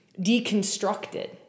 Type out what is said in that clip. deconstructed